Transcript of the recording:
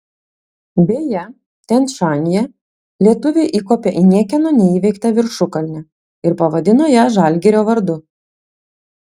beje tian šanyje lietuviai įkopė į niekieno neįveiktą viršukalnę ir pavadino ją žalgirio vardu